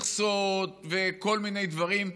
מכסות וכל מיני דברים,